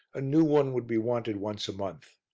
a new one would be wanted once a month.